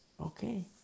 Okay